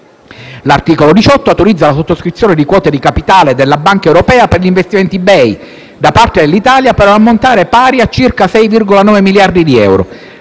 L'articolo 18 autorizza la sottoscrizione di quote di capitale della Banca europea per gli investimenti (BEI) da parte dell'Italia, per un ammontare pari a circa 6,9 miliardi di euro.